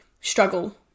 struggle